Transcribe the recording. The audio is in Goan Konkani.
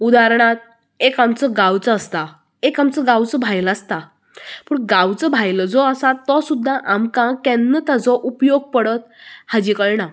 उदारणांत एक आमचो गांवचो आसता एक आमचो गांवचो भायलो आसता पूण गांवचो भायलो जो आसा तो सुद्दां आमकां केन्ना ताचो उपयोग पडत हाचे कळना